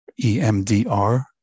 EMDR